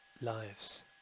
lives